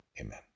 Amen